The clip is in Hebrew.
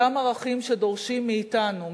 אלה אותם ערכים שדורשים מאתנו,